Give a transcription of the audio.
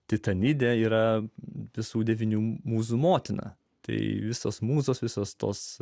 titanidė yra visų devynių mūzų motina tai visos mūzos visos tos